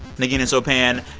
negin and sopan,